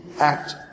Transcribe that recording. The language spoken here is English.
act